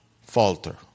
falter